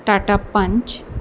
Tata Panch